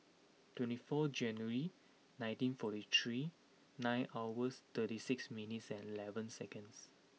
twenty fourth January nineteen forty three nine hours thirty six minutes and eleven seconds